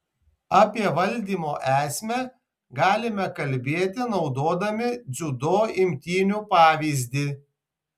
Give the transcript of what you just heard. apie valdymo esmę galime kalbėti naudodami dziudo imtynių pavyzdį